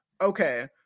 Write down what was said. Okay